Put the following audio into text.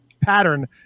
pattern